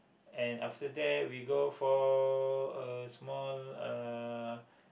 and after that we go for a small uh